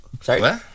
Sorry